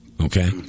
Okay